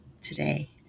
today